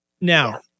Now